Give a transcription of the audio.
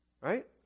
Right